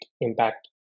impact